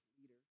leader